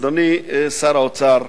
אדוני שר האוצר,